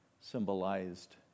symbolized